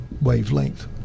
wavelength